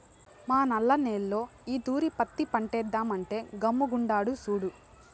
మా నల్ల నేల్లో ఈ తూరి పత్తి పంటేద్దామంటే గమ్ముగుండాడు సూడు